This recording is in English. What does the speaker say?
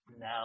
now